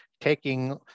taking